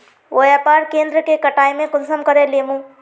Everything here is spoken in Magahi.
व्यापार केन्द्र के कटाई में कुंसम करे लेमु?